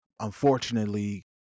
Unfortunately